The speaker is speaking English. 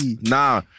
Nah